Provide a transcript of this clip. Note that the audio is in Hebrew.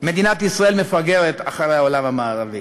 מדינת ישראל מפגרת אחרי העולם המערבי.